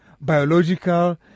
biological